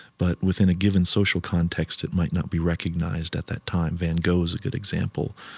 but within a given social context, it might not be recognized at that time. van gogh is a good example,